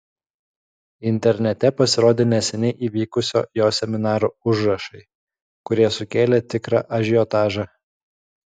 internete pasirodė neseniai įvykusio jo seminaro užrašai kurie sukėlė tikrą ažiotažą